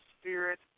Spirit